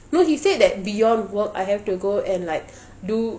no he said that beyond work I have to go and like do